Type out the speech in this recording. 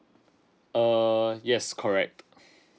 err yes correct